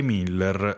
Miller